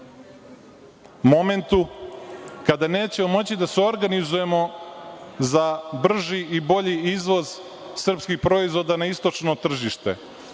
momentu kada nećemo moći da se organizujemo za brži i bolji izvoz srpskih proizvoda na istočno tržište.